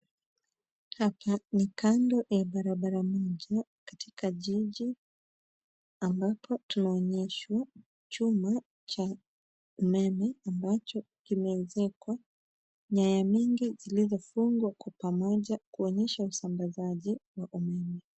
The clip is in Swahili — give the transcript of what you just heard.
Hapa ni kando ya barabara moja katika jiji ambapo tunaonyeshwa chuma cha umeme ambacho kimeezekwa nyaya nyingi zilizofungwa kwa pamoja kuonyesha usambazaji wa umeme.